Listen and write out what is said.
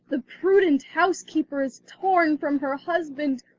the prudent housekeeper is torn from her husband!